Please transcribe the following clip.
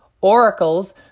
Oracles